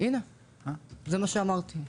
הנה, זה מה שאמרתי.